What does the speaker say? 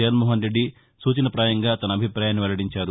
జగన్మోహన్ రెద్ది సూచనప్రాయంగా తన అభిపాయాన్ని వెల్లడించారు